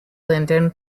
linden